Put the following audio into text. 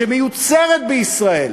שמיוצרת בישראל,